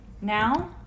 now